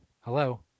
Hello